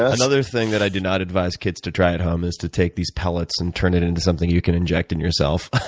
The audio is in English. ah another thing that i do not advise kids to try at home, is to take these pellets and turn it into something you can inject in yourself,